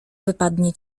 wypadnie